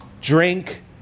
drink